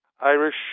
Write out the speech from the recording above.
Irish